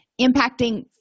impacting